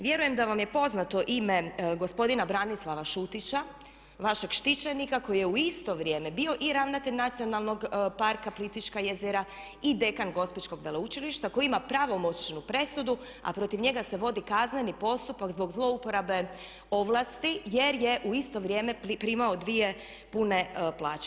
Vjerujem da vam je poznato ime gospodina Branislava Šutića, vašeg štićenika koji je u isto vrijeme bio i ravnatelj Nacionalnog parka Plitvička jezera i dekan gospićkog veleučilišta koji ima pravomoćnu presudu a protiv njega se vodi kazneni postupak zbog zlouporabe ovlasti jer u isto vrijeme primao dvije pune plaće.